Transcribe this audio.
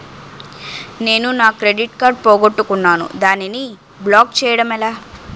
నేను నా credit card పోగొట్టుకున్నాను దానిని బ్లాక్ చేయడం ఎలా?